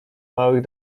małych